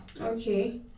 Okay